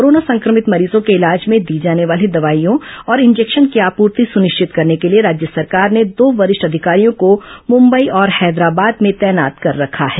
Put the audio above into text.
corona संक्रमित मरीजों के इलाज में दी जाने वाली दवाइयों और इंजेक्शन की आपूर्ति सुनिश्चित करने के लिए राज्य सरकार ने दो वरिष्ठ अधिकारियों को मुंबई और हैदराबाद में तैनात कर रखा है